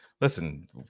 listen